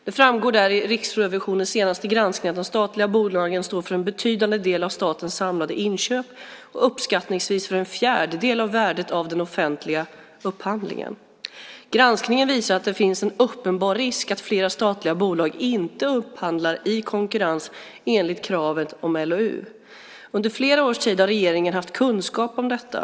Det framgår av Riksrevisionens senaste granskning att de statliga bolagen står för en betydande del av statens samlade inköp och uppskattningsvis för en fjärdedel av värdet av den offentliga upphandlingen. Granskningen visar att det finns en uppenbar risk för att flera statliga bolag inte upphandlar i konkurrens enligt kravet i LOU. Under flera års tid har regeringen haft kunskap om detta.